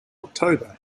october